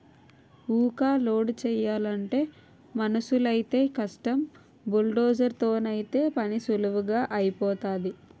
ఊక లోడు చేయలంటే మనుసులైతేయ్ కష్టం బుల్డోజర్ తోనైతే పనీసులువుగా ఐపోతాది